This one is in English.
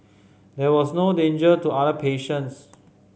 there was no danger to other patients